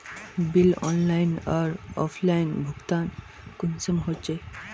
Bill online आर offline भुगतान कुंसम होचे?